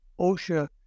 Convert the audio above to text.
OSHA